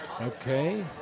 Okay